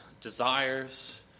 desires